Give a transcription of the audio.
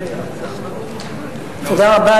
מס' 4489,